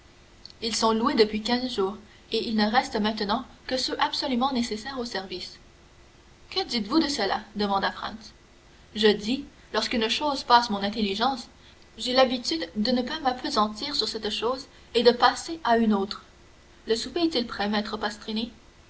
ils sont tous loués depuis quinze jours et il ne reste maintenant que ceux absolument nécessaires au service que dites-vous de cela demanda franz je dis que lorsqu'une chose passe mon intelligence j'ai l'habitude de ne pas m'appesantir sur cette chose et de passer à une autre le souper est-il prêt maître pastrini